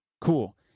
cool